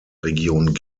region